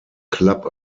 club